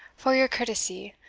for your courtesy,